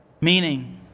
Meaning